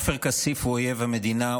עופר כסיף אויב המדינה.